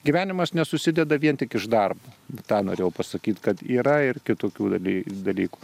gyvenimas nesusideda vien tik iš darbo tą norėjau pasakyt kad yra ir kitokių daly dalykų